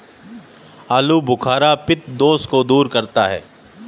आलूबुखारा पित्त दोष को दूर करता है